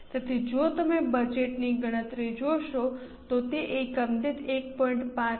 તેથી જો તમે બજેટની ગણતરી જોશો તો તે એકમ દીઠ 1